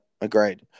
agreed